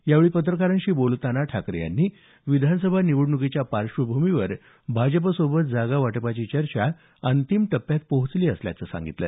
यावेळी पत्रकारांशी बोलताना ठाकरे यांनी विधानसभा निवडणुकीच्या पार्श्वभूमीवर भाजपसोबत जागा वाटपाची चर्चा अंतिम टप्प्यात पोहोचली असल्याचं सांगितलं